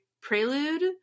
Prelude